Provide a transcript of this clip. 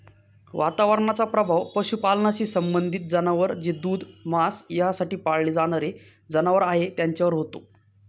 वातावरणाचा प्रभाव पशुपालनाशी संबंधित जनावर जे दूध, मांस यासाठी पाळले जाणारे जनावर आहेत त्यांच्यावर होतो